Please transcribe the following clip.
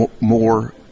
more